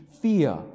fear